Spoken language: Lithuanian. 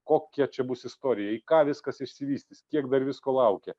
kokia čia bus istorija į ką viskas išsivystys kiek dar visko laukia